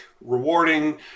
rewarding